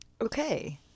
Okay